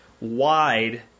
wide